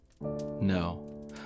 No